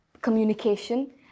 communication